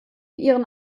ihren